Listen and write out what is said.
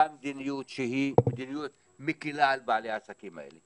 מדיניות שהיא מדיניות מקלה על בעלי העסקים האלה.